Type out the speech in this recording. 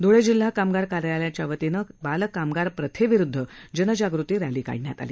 धुळे जिल्हा कामगार कार्यालयाच्या वतीनं बालकामगार प्रथेविरुदध जनजागती रक्षी काढण्यात आली